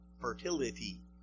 Fertility